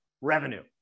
revenue